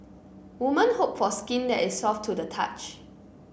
women hope for skin that is soft to the touch